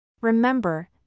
Remember